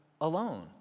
alone